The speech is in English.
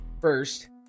first